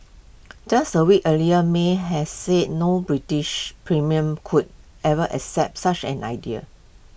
just A weeks earlier may had said no British premier could ever accept such an idea